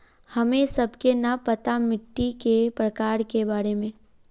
हमें सबके न पता मिट्टी के प्रकार के बारे में?